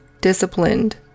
disciplined